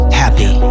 happy